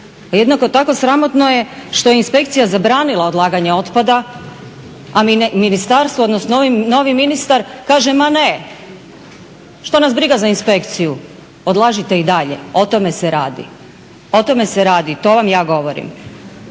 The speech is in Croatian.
Jednako tako sramotno je što je inspekcija zabranila odlaganje otpada, a ministarstvo odnosno novi ministar kaže ma ne, što nas briga za inspekciju, odlažite i dalje. O tome se radi, to vam ja govorim.